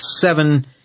seven